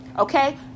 Okay